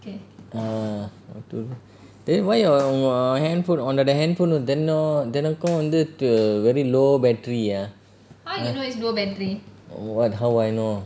ah then why your your handphone on your handphone எனக்கும் வந்து வந்து:enakum vanthu vanthu very low battery ah !huh! what how I know